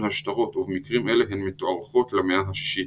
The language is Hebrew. השטרות ובמקרים אלה הן מתוארכות למאה ה-6.